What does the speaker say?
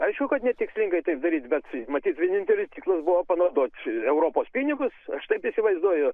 aišku kad netikslingai taip daryt bet matyt vienintelis tikslas buvo panaudoti europos pinigus aš taip įsivaizduoju